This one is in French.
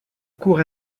cour